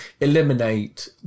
eliminate